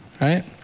Right